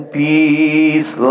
peace